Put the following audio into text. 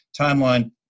timeline